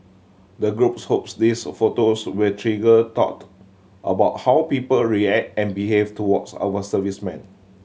the group hopes these photos will trigger thought about how people react and behave towards our servicemen